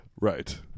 Right